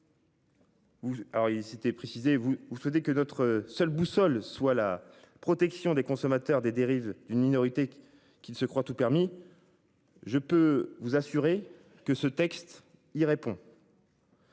vous souhaitez que notre seule boussole soit la protection des consommateurs des dérives d'une minorité qui se croient tout permis. Je peux vous assurer que ce texte il répond.